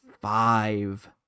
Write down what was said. five